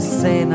say